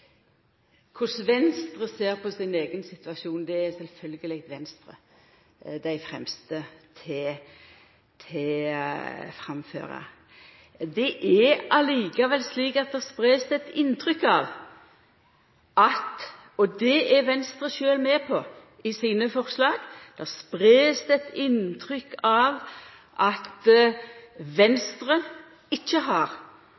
Korleis Venstre ser på sin egen situasjon, er sjølvsagt Venstre dei fremste til å framføra. Det er likevel slik at det blir spreidd eit inntrykk av – og det er Venstre sjølv med på ved sine forslag